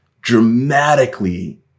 dramatically